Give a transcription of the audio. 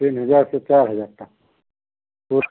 तीन हज़ार से चार हज़ार तक और